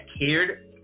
cared